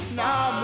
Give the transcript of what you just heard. now